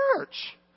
church